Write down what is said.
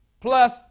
plus